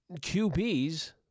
QBs